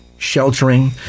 sheltering